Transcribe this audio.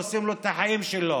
הורסים לו את החיים שלו,